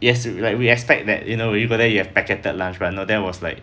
yes we like we expect that you know when you go there you have packeted lunch but no there was like